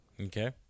Okay